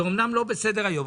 זה אמנם לא בסדר היום,